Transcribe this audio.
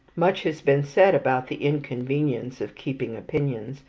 much has been said about the inconvenience of keeping opinions,